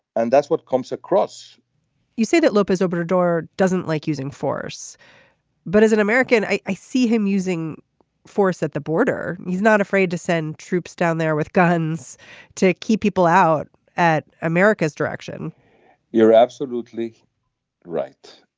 and that's what comes across you say that lopez obrador doesn't like using force but as an american i see him using force at the border. he's not afraid to send troops down there with guns to keep people out at america's direction you're absolutely right.